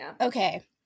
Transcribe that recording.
okay